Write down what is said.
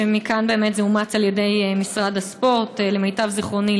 ומכאן זה אומץ על ידי משרד הספורט למיטב זיכרוני,